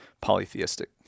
polytheistic